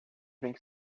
think